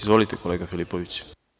Izvolite, kolega Filipoviću.